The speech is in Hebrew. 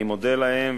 אני מודה להם,